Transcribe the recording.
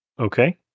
okay